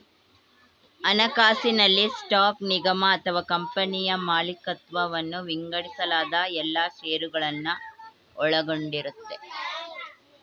ಹಣಕಾಸಿನಲ್ಲಿ ಸ್ಟಾಕ್ ನಿಗಮ ಅಥವಾ ಕಂಪನಿಯ ಮಾಲಿಕತ್ವವನ್ನ ವಿಂಗಡಿಸಲಾದ ಎಲ್ಲಾ ಶೇರುಗಳನ್ನ ಒಳಗೊಂಡಿರುತ್ತೆ